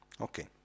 Okay